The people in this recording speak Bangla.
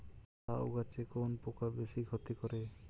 লাউ গাছে কোন পোকা বেশি ক্ষতি করে?